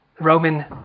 Roman